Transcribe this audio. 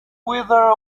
wither